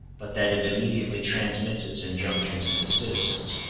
but that it immediately transmits its injunctions to the citizens,